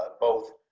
ah both